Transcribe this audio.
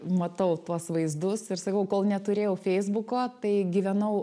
matau tuos vaizdus ir sakau kol neturėjau feisbuko tai gyvenau